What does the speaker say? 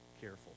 careful